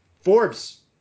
Forbes